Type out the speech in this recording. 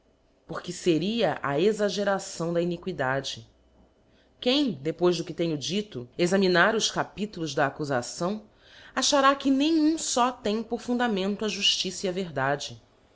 porque feria a exaggeraçáo da iniquidade quem depois do que tenho dito examinar os capidemosthenes tulos da accufação achará que nem um fó tem por fundamento a juftiça e a verdade